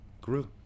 grew